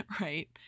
Right